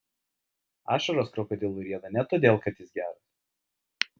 ašaros krokodilui rieda ne todėl kad jis geras